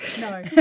no